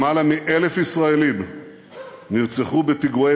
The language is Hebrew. למעלה מ-1,000 ישראלים נרצחו בפיגועי